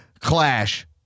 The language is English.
clash